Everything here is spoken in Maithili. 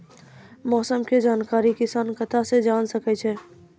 मौसम के जानकारी किसान कता सं जेन सके छै?